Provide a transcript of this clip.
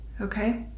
Okay